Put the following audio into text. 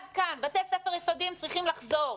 בתי ספר יסודיים צריכים לחזור.